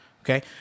okay